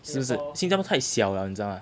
是不是新加坡太小了你知道吗